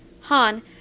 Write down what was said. Han